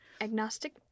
agnostic